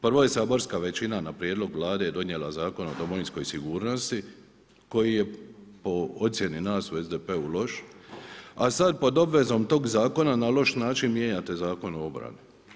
Prvo je saborska većina na prijedlog Vlade donijela Zakon o domovinskoj sigurnosti koji je po ocjeni nas u SDP-u loš, a sad pod obvezom tog zakona na loš način mijenjate Zakon o obrani.